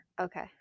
Okay